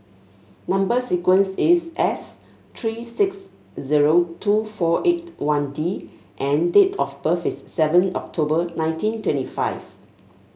number sequence is S three six zero two four eight one D and date of birth is seven October nineteen twenty five